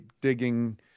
digging